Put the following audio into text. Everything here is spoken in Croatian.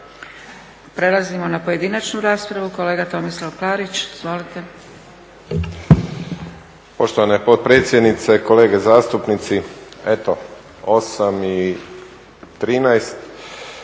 Prelazimo na pojedinačnu raspravu. Kolega Tomislav Klarić, izvolite. **Klarić, Tomislav (HDZ)** Poštovana potpredsjednice, kolege zastupnici. Eto, 8 i 13,